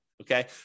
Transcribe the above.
okay